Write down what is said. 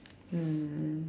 mm